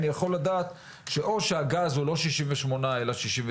אני יכול לדעת - או הגז הוא לא 68 אלא 69,